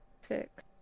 six